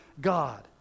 God